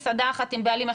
גם לגבי בתי